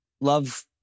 love